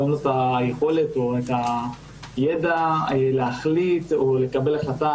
אין לו את היכולת או את הידע לקבל החלטה,